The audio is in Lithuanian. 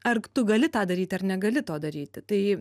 ar tu gali tą daryt ar negali to daryt tai